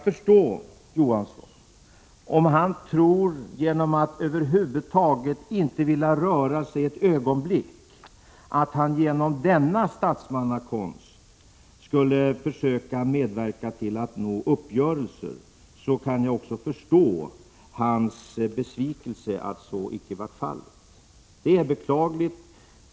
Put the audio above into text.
Om Johansson tror att han skulle kunna medverka till uppgörelser genom en statsmannakonst som innebar att han inte för ett ögonblick ville röra sig, så kan jag förstå hans besvikelse över att det icke blev någon samlad uppgörelse. Det är beklagligt.